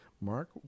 Mark